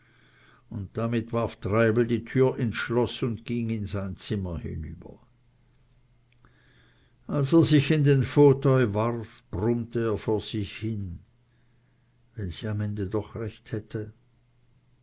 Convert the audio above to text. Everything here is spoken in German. und damit warf treibel die tür ins schloß und ging in sein zimmer hinüber als er sich in den fauteuil warf brummte er vor sich hin wenn sie am ende doch recht hätte